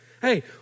Hey